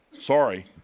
Sorry